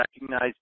recognize